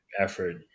effort